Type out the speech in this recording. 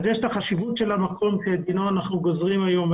יש את החשיבות של המקום שאת דינו אנחנו גוזרים היום.